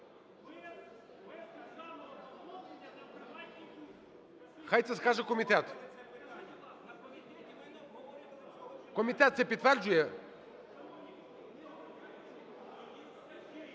Хай це скаже комітет. Комітет це підтверджує?